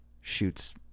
shoots